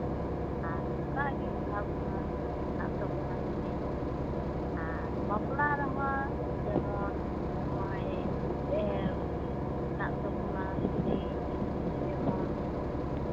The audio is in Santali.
ᱟᱨ ᱚᱝᱠᱟ ᱜᱮ ᱵᱷᱟᱜᱽ ᱵᱷᱟᱜᱽ ᱦᱮᱱᱟᱜ ᱛᱟᱵᱚᱱᱟ ᱥᱤᱨᱤᱧ ᱦᱚᱸ ᱟᱨ ᱵᱟᱯᱞᱟ ᱨᱮᱦᱚᱸ ᱡᱮᱢᱚᱱ ᱦᱚᱸᱜᱼᱚᱭ ᱦᱮᱱᱟᱜ ᱛᱟᱵᱩᱱᱟ ᱥᱤᱨᱤᱧ ᱡᱮᱢᱚᱱ